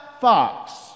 fox